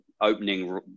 opening